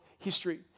history